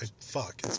Fuck